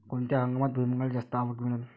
कोनत्या हंगामात भुईमुंगाले जास्त आवक मिळन?